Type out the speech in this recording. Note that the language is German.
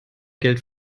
geld